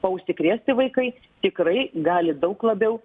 o užsikrėsti vaikai tikrai gali daug labiau